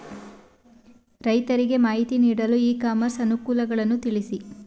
ರೈತರಿಗೆ ಮಾಹಿತಿ ನೀಡಲು ಇ ಕಾಮರ್ಸ್ ಅನುಕೂಲಗಳನ್ನು ತಿಳಿಸಿ?